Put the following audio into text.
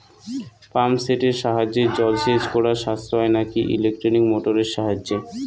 Pump সেটের সাহায্যে জলসেচ করা সাশ্রয় নাকি ইলেকট্রনিক মোটরের সাহায্যে?